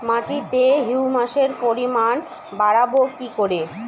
মাটিতে হিউমাসের পরিমাণ বারবো কি করে?